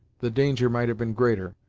the danger might have been greater.